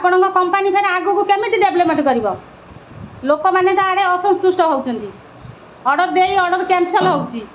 ଆପଣଙ୍କ କମ୍ପାନୀ ଫେରେ ଆଗକୁ କେମିତି ଡେଭଲପ୍ମେଣ୍ଟ୍ କରିବ ଲୋକମାନେ ତ ଆରେ ଅସନ୍ତୁଷ୍ଟ ହେଉଛନ୍ତି ଅର୍ଡ଼ର୍ ଦେଇ ଅର୍ଡ଼ର୍ କ୍ୟାନ୍ସଲ୍ ହେଉଛି